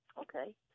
Okay